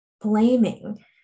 blaming